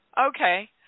Okay